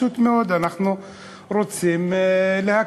פשוט מאוד, אנחנו רוצים להקל.